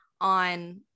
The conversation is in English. on